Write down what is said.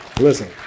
listen